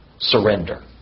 surrender